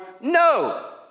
No